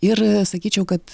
ir sakyčiau kad